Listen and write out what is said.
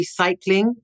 recycling